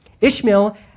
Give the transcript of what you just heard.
Ishmael